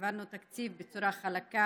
העברנו תקציב בצורה חלקה,